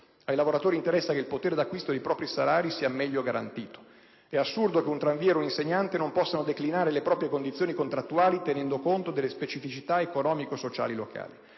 Ai lavoratori interessa che il potere d'acquisto dei propri salari sia meglio garantito. È assurdo che un tranviere o un insegnante non possano declinare le proprie condizioni contrattuali tenendo conto delle specificità economico-sociali locali.